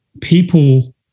people